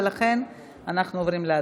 ולכן אנחנו עוברים להצבעה.